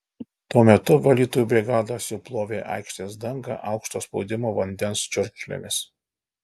tuo metu valytojų brigados jau plovė aikštės dangą aukšto spaudimo vandens čiurkšlėmis